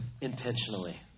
intentionally